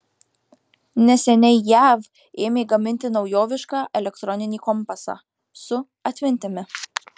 neseniai jav ėmė gaminti naujovišką elektroninį kompasą su atmintimi